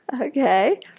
Okay